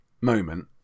moment